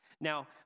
Now